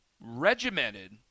regimented